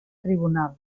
tribunal